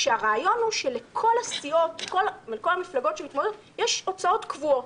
הרעיון הוא שלכל המפלגות שמתמודדות יש הוצאות קבועות,